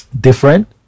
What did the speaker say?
different